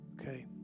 Okay